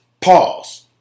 Pause